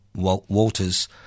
Walters